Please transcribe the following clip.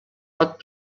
pot